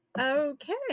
Okay